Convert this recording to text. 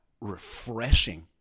refreshing